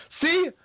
See